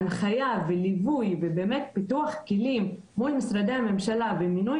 הנחיה וליווי ופיתוח כלים מול משרדי הממשלה ומינוי